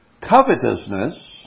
covetousness